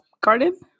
Garden